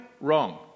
wrong